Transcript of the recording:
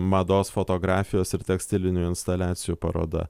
mados fotografijos ir tekstilinių instaliacijų paroda